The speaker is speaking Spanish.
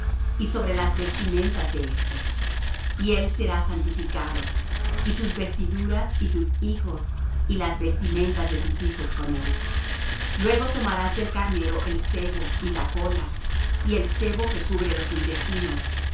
y sobre las vestimentas de éstos y él será santificado y sus vestiduras y sus hijos y las vestimentas de sus hijos con él luego tomarás del carnero el sebo y la cola y el sebo que cubre los intestinos y